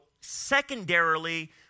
secondarily